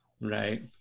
Right